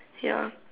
ya